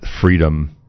freedom